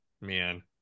Man